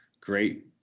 great